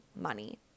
money